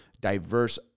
diverse